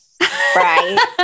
right